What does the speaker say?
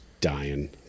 dying